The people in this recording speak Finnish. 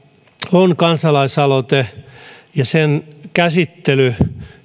on kansalaisaloite ja sen käsittely